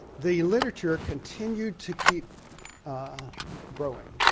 the literature continued to keep growing.